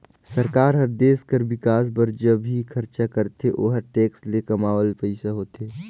सरकार हर देस कर बिकास बर ज भी खरचा करथे ओहर टेक्स ले कमावल पइसा होथे